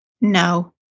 No